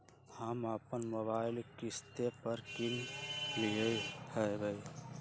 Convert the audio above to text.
हम अप्पन मोबाइल किस्ते पर किन लेलियइ ह्बे